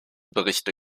berichte